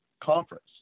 conference